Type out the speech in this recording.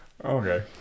Okay